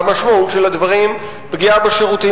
והמשמעות של הדברים פגיעה בשירותים